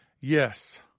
Yes